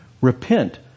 repent